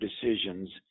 decisions